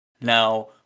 Now